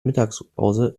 mittagspause